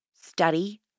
study